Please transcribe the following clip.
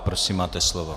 Prosím, máte slovo.